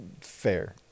Fair